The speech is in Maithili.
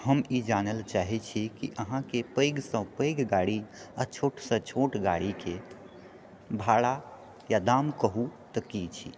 हम ई जानै लअ चाहै छी कि अहाँके पैघसँ पैघ गाड़ी आओर छोटसँ छोट गाड़ीके भाड़ा या दाम कहू तऽ की छी